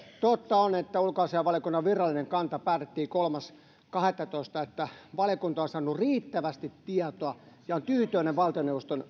totta on että ulkoasiainvaliokunnan virallinen kanta päätettiin kolmas kahdettatoista valiokunta on saanut riittävästi tietoa ja on tyytyväinen valtioneuvoston